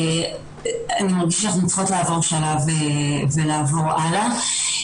אני מרגישה שאנחנו צריכות לעלות שלב ולעבור הלאה.